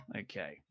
Okay